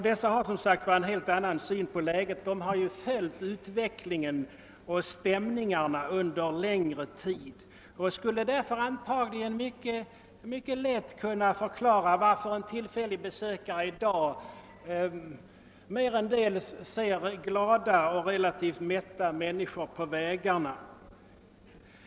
Dessa har som sagt en helt annan syn på läget. De har ju följt utvecklingen och stämningarna under längre tid och skulle därför antagligen mycket lätt kunna förklara varför en tillfällig besökare i dag merendels ser glada och relativt mätta människor på vägarna.